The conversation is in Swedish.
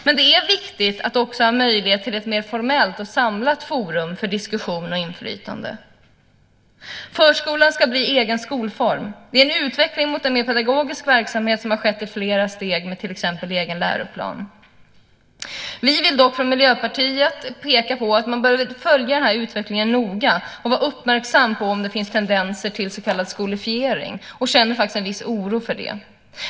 Det är emellertid viktigt att också ha tillgång till ett mer formellt och samlat forum för diskussion och inflytande. Förskolan ska bli egen skolform. Det är en utveckling mot en mer pedagogisk verksamhet som skett i flera steg med till exempel egen läroplan. Vi vill dock från Miljöpartiet peka på att man bör följa den utvecklingen noga och vara uppmärksam ifall det finns tendenser till så kallad skolifiering. Vi känner en viss oro för det.